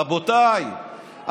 רבותיי,